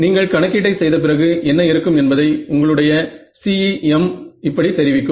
நீங்கள் கணக்கீட்டை செய்த பிறகு என்ன இருக்கும் என்பதை உங்களுடைய CEM இப்படி தெரிவிக்கும்